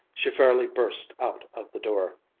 she fairly burst out of the door.